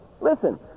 Listen